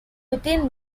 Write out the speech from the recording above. within